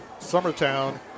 Summertown